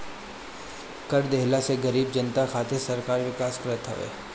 कर देहला से गरीब जनता खातिर सरकार विकास करत हवे